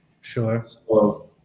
Sure